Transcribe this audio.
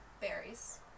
berries